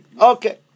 Okay